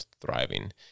thriving